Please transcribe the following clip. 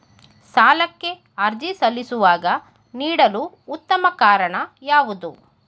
ಸಾಲಕ್ಕೆ ಅರ್ಜಿ ಸಲ್ಲಿಸುವಾಗ ನೀಡಲು ಉತ್ತಮ ಕಾರಣ ಯಾವುದು?